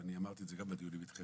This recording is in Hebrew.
ואני אמרתי את זה גם בדיונים איתכם,